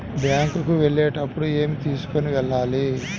Bank కు వెళ్ళేటప్పుడు ఏమి తీసుకొని వెళ్ళాలి?